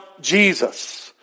Jesus